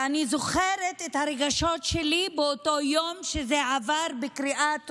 ואני זוכרת את הרגשות שלי באותו יום שזה עבר בקריאה טרומית,